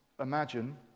imagine